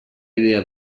idea